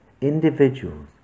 individuals